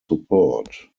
support